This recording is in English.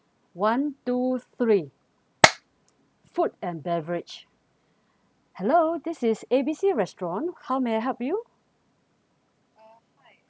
one two three food and beverage hello this is A B C restaurant how may I help you